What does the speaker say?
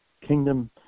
kingdom